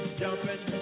jumping